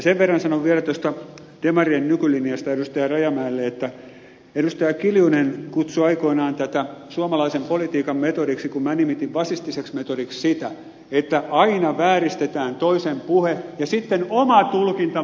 sen verran sanon vielä tuosta demarien nykylinjasta edustaja rajamäelle että edustaja kiljunen kutsui aikoinaan tätä suomalaisen politiikan metodiksi kun minä nimitin fasistiseksi metodiksi sitä että aina vääristetään toisen puhe ja sitten oma tulkinta mustavalkoistetaan